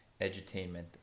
edutainment